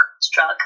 struck